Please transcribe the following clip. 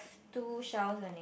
two shells only